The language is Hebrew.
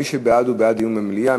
מי שבעד, הוא בעד דיון במליאה.